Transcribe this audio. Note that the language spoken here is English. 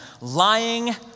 lying